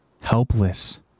helpless